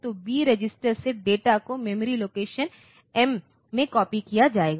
तो B register से data को मेमोरी लोकेशन एम में कॉपी किया जाएगा